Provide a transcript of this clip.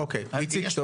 איציק,